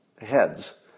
heads